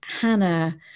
hannah